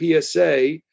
PSA